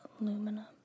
Aluminum